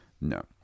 No